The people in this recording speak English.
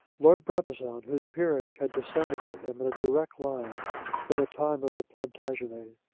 lord brabazon, whose peerage had descended to him in a direct line from the time of the plantagenets,